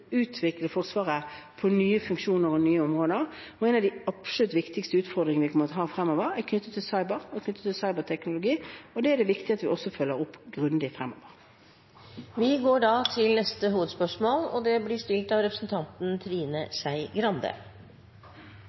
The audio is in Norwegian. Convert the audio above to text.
utvikle Forsvaret med nye funksjoner og på nye områder, og en av de absolutt viktigste utfordringene vi kommer til å ha fremover, er knyttet til cyber og cyberteknologi, og det er det viktig at vi følger opp grundig fremover. Vi går videre til neste hovedspørsmål.